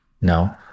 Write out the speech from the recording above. No